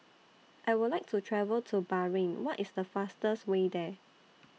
I Would like to travel to Bahrain What IS The fastest Way There